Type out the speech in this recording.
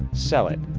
sell it.